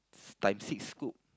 s~ times six scope